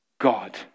God